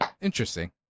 Interesting